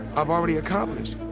i've already accomplished.